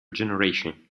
generation